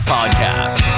Podcast